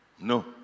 No